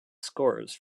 scores